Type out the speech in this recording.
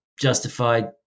justified